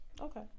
Okay